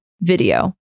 video